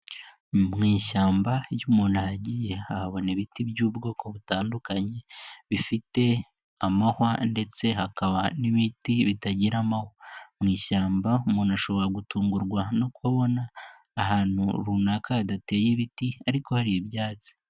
Mu ishyamba iyo' umuntu ahagiye ahabona ibiti by'ubwoko butandukanye bifite amahwa ndetse hakaba n'ibiti bitagira amahwa. Mu ishyamba umuntu ashobora gutungurwa no kubona ahantu runaka hadateye ibiti ariko hari ibyatsi.